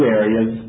areas